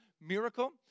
miracle